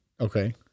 okay